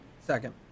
Second